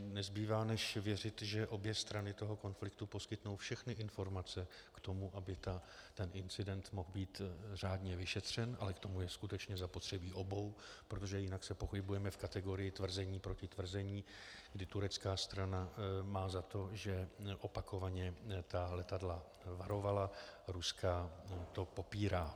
Nezbývá než věřit, že obě strany konfliktu poskytnou všechny informace k tomu, aby incident mohl být řádně vyšetřen, ale k tomu je skutečně zapotřebí obou, protože jinak se pohybujeme v kategorii tvrzení proti tvrzení, kdy turecká strana má za to, že opakovaně ta letadla varovala, ruská to popírá.